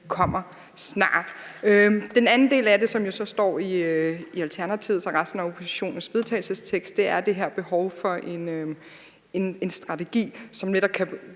kommer snart. Den anden del af det, som jo så står i Alternativets og resten af oppositionens vedtagelsestekst er det her behov for en strategi, som netop kan